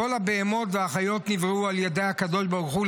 כל הבהמות והחיות נבראו על ידי הקדוש ברוך הוא,